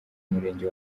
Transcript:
murenge